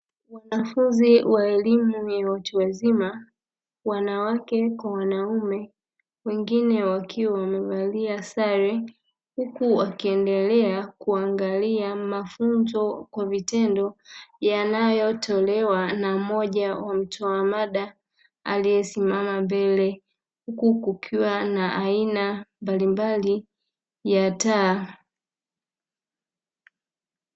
Wanafunzi wa elimu ya watu wazima, wanawake kwa wanaume, wengine wakiwa wamevalia sare huku wakiendelea kuangalia mafunzo kwa vitendo yanayotolewa na mmoja wa mtoa mada aliyesimama mbele. Huku kukiwa na aina mbali mbali ya taa.